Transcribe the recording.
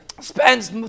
spends